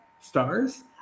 stars